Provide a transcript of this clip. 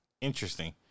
Interesting